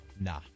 Nah